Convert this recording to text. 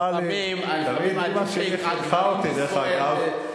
אמא שלי חינכה אותי, דרך אגב.